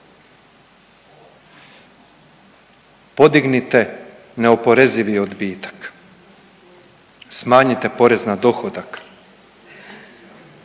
Podignite neoporezivi odbitak, smanjite porez na dohodak,